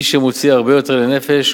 מי שמוציא הרבה יותר לנפש,